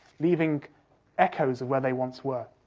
leaving echoes of where they once were.